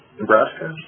Nebraska